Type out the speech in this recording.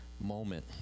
moment